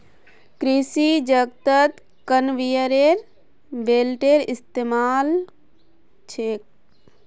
कृषि जगतत कन्वेयर बेल्टेर इस्तमाल छेक